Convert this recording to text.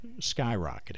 skyrocketing